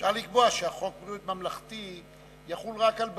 אפשר לקבוע שחוק ביטוח בריאות ממלכתי יחול רק על בריאים,